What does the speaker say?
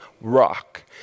rock